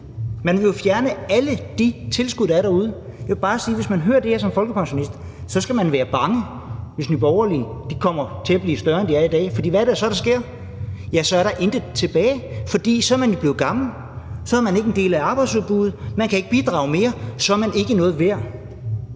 Man vil jo fjerne alle de tilskud, der er derude. Jeg vil bare sige, at hvis man hører det her som folkepensionist, så skal man være bange, hvis Nye Borgerlige kommer til at blive større, end de er i dag. For hvad er det så, der sker? Ja, så er der intet tilbage, for så er man jo blevet gammel, og så er man ikke en del af arbejdsudbuddet. Man kan ikke bidrage mere, og så er man ikke noget værd.